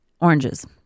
Oranges